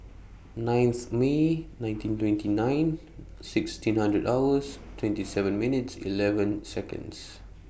ninth May nineteen twenty nine sixteen hundred hours twenty seven minutes eleven Seconds